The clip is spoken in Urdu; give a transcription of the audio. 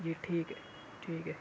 جی ٹھیک ہے ٹھیک ہے